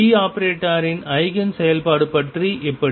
p ஆபரேட்டரின் eigen செயல்பாடு பற்றி எப்படி